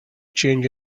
change